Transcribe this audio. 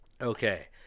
Okay